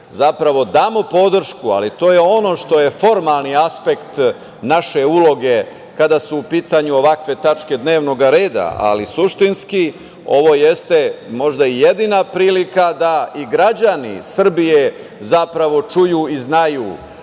zapravo damo podršku, ali to je ono što je formalni aspekt naše uloge kada su u pitanju ovakve tačke dnevnog reda. Suštinski, ovo jeste možda i jedini prilika da i građani Srbije zapravo čuju i znaju